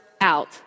out